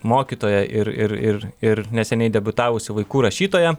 mokytoja ir ir ir ir neseniai debiutavusi vaikų rašytoja